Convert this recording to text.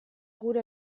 gure